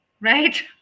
right